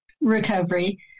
recovery